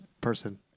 person